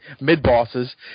mid-bosses